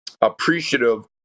appreciative